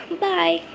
Bye